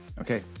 Okay